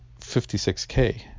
56k